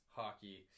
hockey